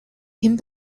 хэн